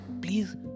please